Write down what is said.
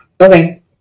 Okay